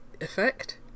effect